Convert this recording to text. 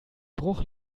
bruch